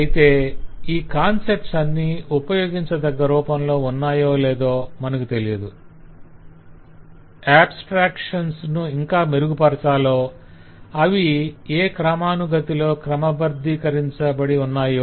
అయితే ఆ కాన్సెప్ట్స్ అన్నీ ఉపయోగించదగ్గ రూపంలో ఉన్నాయో లేదో మనకు తెలియదు ఆబ్స్ట్రాక్షన్స్ ను ఇంకా మెరుగుపరచాలో అవి ఏ క్రమానుగాతిలో క్రమబద్ధీకరించబడి ఉన్నాయో